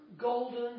golden